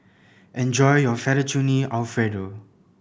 enjoy your Fettuccine Alfredo